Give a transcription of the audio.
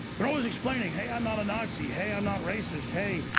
they're always explaining. hey, i'm not a nazi. hey, i'm not racist hey,